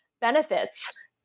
benefits